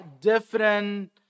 different